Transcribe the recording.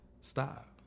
stop